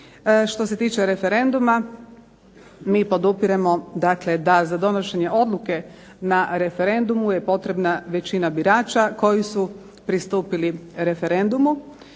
Što se tiče referenduma mi podupiremo dakle da za donošenje odluke na referendumu je potrebna većina birača koji su pristupili referendumu